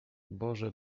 boże